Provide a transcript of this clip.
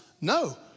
no